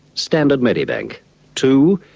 standard medibank two,